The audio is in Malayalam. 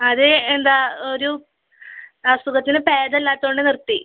അത് എന്താ ഒരു അസുഖത്തിന് ഭേദമില്ലാത്തോണ്ട് നിർത്തി